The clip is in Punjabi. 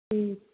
ਠੀਕ